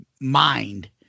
Mind